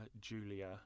Julia